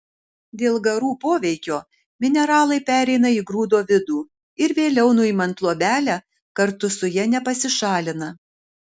dėl garų poveikio mineralai pereina į grūdo vidų ir vėliau nuimant luobelę kartu su ja nepasišalina